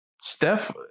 Steph